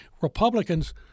Republicans